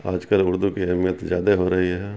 آج کل اردو کی اہمیت زیادہ ہو رہی ہے